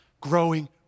growing